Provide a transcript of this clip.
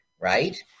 right